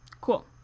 Cool